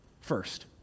First